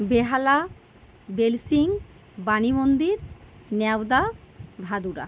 বেহালা বেল সিং বাণী মন্দির ন্যাওদা ভাদুরা